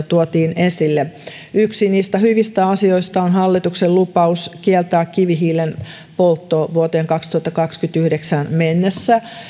tuotiin esille yksi niistä hyvistä asioista on hallituksen lupaus kieltää kivihiilen poltto vuoteen kaksituhattakaksikymmentäyhdeksän mennessä